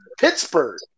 Pittsburgh